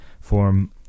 form